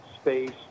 space